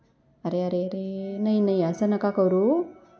अरे अरे अरे नाही नाही असं नका करू